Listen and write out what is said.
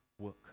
work